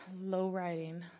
low-riding